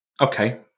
Okay